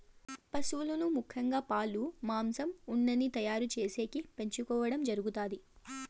పసువులను ముఖ్యంగా పాలు, మాంసం, ఉన్నిని తయారు చేసేకి పెంచుకోవడం జరుగుతాది